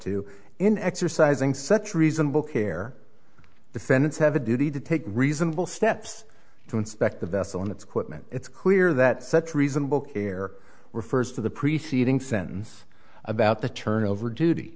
to in exercising such reasonable care defendants have a duty to take reasonable steps to inspect the vessel in its quitman it's clear that such reasonable care refers to the preceding sentence about the turnover duty